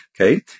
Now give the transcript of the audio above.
Okay